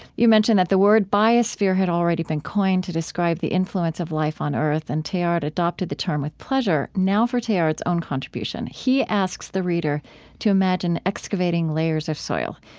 you mention that the word biosphere had already been coined to describe the influence of life on earth and teilhard adopted the term with pleasure. now for teilhard's own contribution. he asks the reader to imagine excavating layers of soil.